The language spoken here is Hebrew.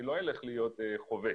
לא נלך להיות חובש